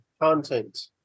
content